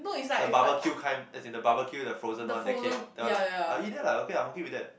the barbecue kind as in the barbecue the frozen one that came that one ah ah either lah I okay I'm okay with that